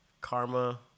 karma